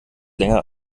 länger